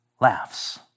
laughs